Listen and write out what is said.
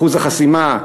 אחוז החסימה,